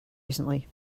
recently